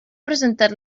presentat